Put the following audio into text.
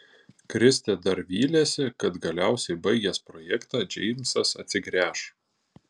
kristė dar vylėsi kad galiausiai baigęs projektą džeimsas atsigręš